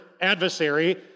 adversary